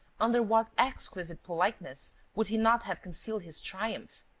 under what exquisite politeness would he not have concealed his triumph.